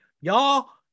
y'all